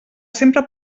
sempre